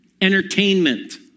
entertainment